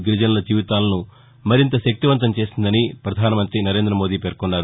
గిరిజనుల జీవితాలను మరింత శక్తివంతం చేసిందని పధాన మంతి నరేంద మోదీ పేర్కొన్నారు